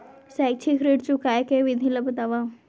शैक्षिक ऋण चुकाए के विधि ला बतावव